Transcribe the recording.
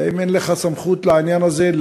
ואם אין לך סמכות לעניין הזה,